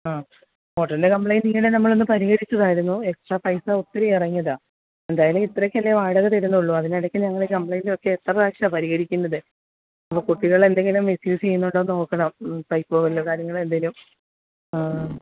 ആ മോട്ടറിലെ കംപ്ലെയിൻറ്റ് ഇങ്ങനെ നമ്മളൊന്ന് പരിഹരിച്ചതായിരുന്നു എക്സ്ട്രാ പൈസ ഒത്തിരി ഇറങ്ങിയതാണ് എന്തായാലും ഇത്രയ്ക്കല്ലേ വാടക തരുന്നുള്ളൂ അതിനിടക്ക് ഞങ്ങൾ കംപ്ലെയിൻറ്റൊക്കെ എത്ര പ്രാവശ്യമാണ് പരിഹരിക്കുന്നത് അപ്പം കുട്ടികളെന്തെങ്കിലും മിസ്യൂസ് ചെയ്യുന്നുണ്ടോന്ന് നോക്കണം പൈപ്പോ വല്ല കാര്യങ്ങളോ എന്തേലും